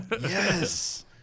Yes